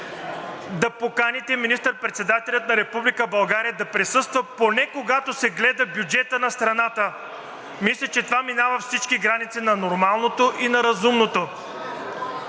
да поканите министър-председателя на Република България да присъства поне когато се гледа бюджетът на страната. Мисля, че това минава всички граници на нормалното и на разумното.